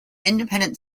independent